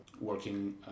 working